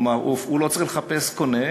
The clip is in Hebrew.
כלומר, הוא לא צריך לחפש קונה